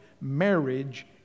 marriage